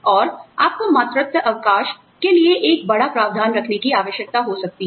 और आपको मातृत्व अवकाश के लिए एक बड़ा प्रावधान रखने की आवश्यकता हो सकती है